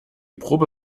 probe